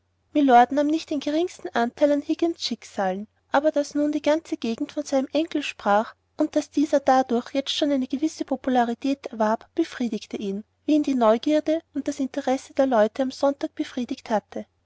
mylord nahm nicht den geringsten anteil an higgins schicksalen aber daß nun die ganze gegend von seinem enkel sprach und daß dieser dadurch jetzt schon eine gewisse popularität erwarb befriedigte ihn wie ihn die neugierde und das interesse der leute am sonntag befriedigt hatte